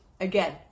again